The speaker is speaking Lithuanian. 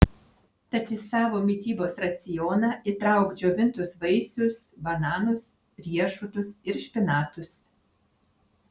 tad į savo mitybos racioną įtrauk džiovintus vaisius bananus riešutus ir špinatus